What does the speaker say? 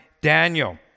Daniel